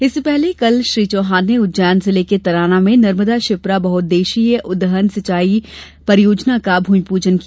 इससे पहले कल श्री चौहान ने उज्जैन जिले के तराना में नर्मदा क्षिप्रा बहउद्देश्यीय उद्वहन सिंचाई परियोजना का भूमि पूजन किया